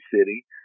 city